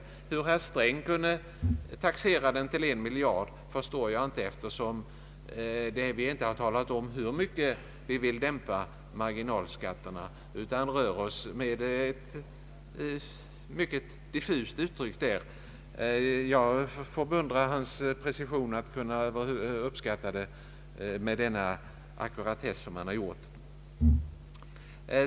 Men hur herr Sträng kunde taxera den till en miljard kronor förstår jag inte, eftersom vi inte talat om hur mycket vi vill dämpa marginalskatterna utan uttryckt oss mycket allmänt. Jag beundrar herr Strängs precision, när han kunnat uppskatta kostnaderna med sådan ackuratess.